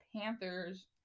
Panthers